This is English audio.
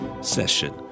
session